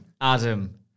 Adam